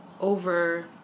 over